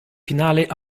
finale